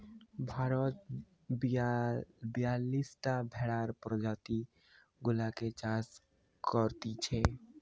ভারতে বিয়াল্লিশটা ভেড়ার প্রজাতি গুলাকে চাষ করতিছে